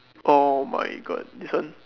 oh my god this one